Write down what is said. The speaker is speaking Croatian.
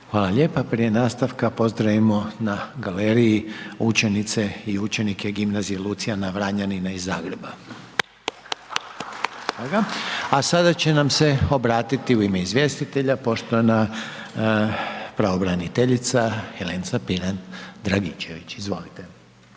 Hvala lijepa. Prije nastavka pozdravimo na galeriji učenice i učenike Gimnazije Lucijana Vranjanina iz Zagreba. …/Pljesak./… A sada će nam se obratiti u ime izvjestitelja poštovana pravobraniteljica Helenca Pirnat Dragičević, izvolite.